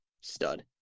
stud